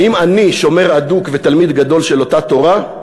האם אני שומר אדוק ותלמיד גדול של אותה תורה?